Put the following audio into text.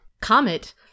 comet